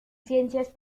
ciencias